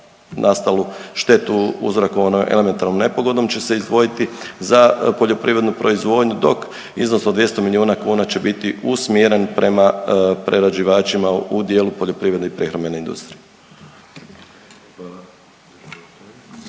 nastalu štetu uzrokovanu elementarnom nepogodom će se izdvojiti za poljoprivrednu proizvodnju dok iznos od 200 milijuna kuna će biti usmjeren prema prerađivačima u dijelu poljoprivredne i prehrambene industrije.